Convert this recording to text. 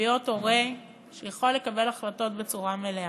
להיות הורה שיכול לקבל החלטות בצורה מלאה.